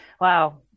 Wow